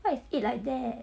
what is eat like that